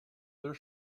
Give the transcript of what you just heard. their